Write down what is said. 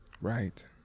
Right